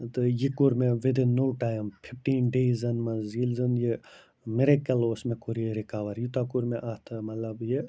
تہٕ یہِ کوٚر مےٚ وِدِن نو ٹایِم فِفٹیٖن ڈیزَن منٛز ییٚلہِ زَن یہِ مِریکٕل اوس مےٚ کوٚر یہِ رِکَوَر یوٗتاہ کوٚر مےٚ اَتھٕ مطلب یہِ